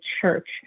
church